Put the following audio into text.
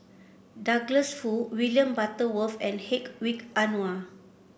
Douglas Foo William Butterworth and Hedwig Anuar